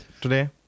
today